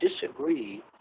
disagree